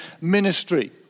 ministry